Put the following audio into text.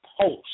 Post